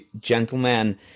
gentlemen